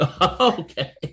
Okay